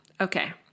Okay